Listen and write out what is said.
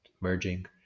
merging